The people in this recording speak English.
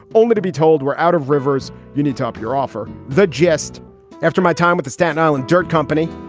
only to be told where out of rivers you need top your offer. the gist after my time at the staten island dirt company,